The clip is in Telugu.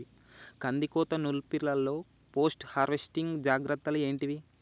కందికోత నుర్పిల్లలో పోస్ట్ హార్వెస్టింగ్ జాగ్రత్తలు ఏంటివి?